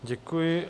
Děkuji.